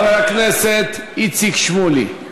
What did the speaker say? חבר הכנסת איציק שמולי.